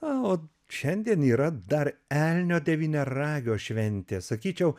na o šiandien yra dar elnio devyniaragio šventė sakyčiau